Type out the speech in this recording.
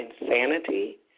insanity